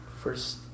first